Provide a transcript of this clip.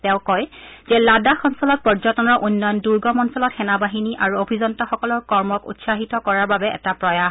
তেওঁ কয় যে লাডাখ অঞ্চলত পৰ্যটনৰ উন্নয়ন দুৰ্গম অঞ্চলত সেনাবাহিনী আৰু অভিযন্তাসকলৰ কৰ্মক উৎসাহিত কৰাৰ বাবে এটা প্ৰয়াস